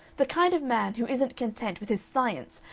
the kind of man who isn't content with his science,